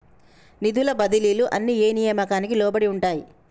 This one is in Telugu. నిధుల బదిలీలు అన్ని ఏ నియామకానికి లోబడి ఉంటాయి?